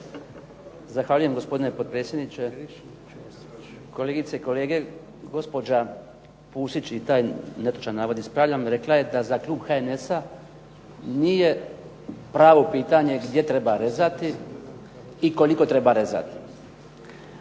Zahvaljujem gospodine potpredsjedniče. Kolegice i kolege. Gospođa Pusić i taj netočan navod ispravljam, rekla je da za klub HNS-a nije pravo pitanje gdje treba rezati i koliko treba rezati.